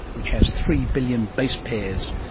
which has three billion base pairs.